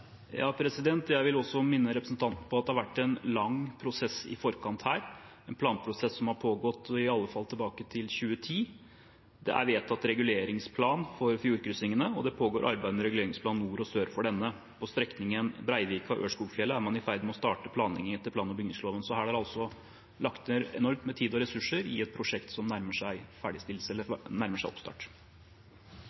Jeg vil minne representanten om at det har vært en lang prosess i forkant her, en planprosess som har pågått i alle fall tilbake til 2010. Det er vedtatt reguleringsplan for fjordkryssingene, og det pågår et arbeid med reguleringsplan nord og sør for denne. På strekningen Breivika–Ørskogfjellet er man i ferd med å starte planlegging etter plan- og bygningsloven. Her har man altså lagt ned enormt med tid og ressurser i et prosjekt som nærmer seg